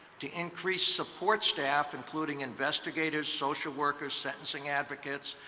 to increase support staff including investigators, social workers, sentencing advocates,